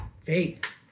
faith